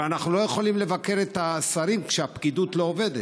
אבל אנחנו לא יכולים לבקר את השרים כשהפקידות לא עובדת,